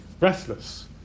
restless